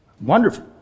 Wonderful